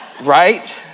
Right